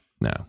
No